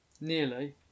Nearly